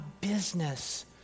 business